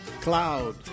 cloud